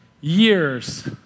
years